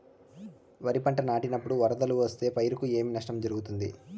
వరిపంట నాటినపుడు వరదలు వస్తే పైరుకు ఏమి నష్టం జరుగుతుంది?